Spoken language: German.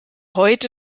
heute